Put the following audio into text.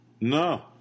No